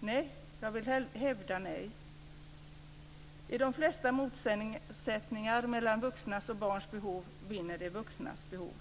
Nej, vill jag hävda. I de flesta motsättningar mellan vuxnas och barns behov vinner de vuxnas behov.